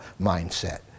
mindset